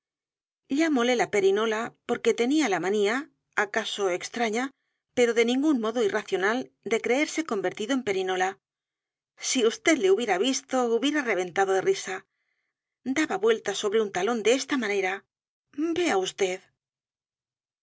llamóle la perinola porque tenía la manía acaso extraña pero de ningún modo irracional de creerse convertido en p e r i nola si vd lehubiera visto hubiera reventado de risa daba vueltas sobre un talón de esta manera